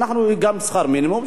היא גם בשכר מינימום,